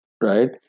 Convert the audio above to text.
right